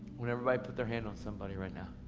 would everybody put their hand on somebody right now,